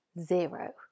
zero